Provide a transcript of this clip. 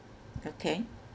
okay